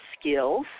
skills